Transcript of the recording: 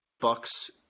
Bucks